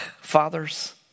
fathers